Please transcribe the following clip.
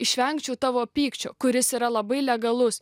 išvengčiau tavo pykčio kuris yra labai legalus